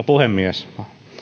puhemies